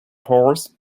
horse